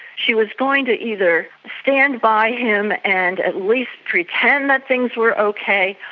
she was going to either stand by him and at least pretend that things were okay,